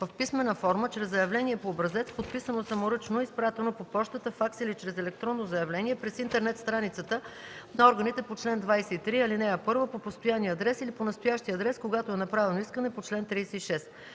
в писмена форма чрез заявление по образец, подписано саморъчно и изпратено по пощата, факс или чрез електронно заявление през интернет страницата на органите по чл. 23, ал. 1 по постоянния адрес или по настоящия адрес, когато е направено искане по чл. 36.